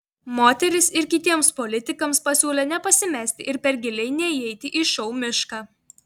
moteris ir kitiems politikams pasiūlė nepasimesti ir per giliai neįeiti į šou mišką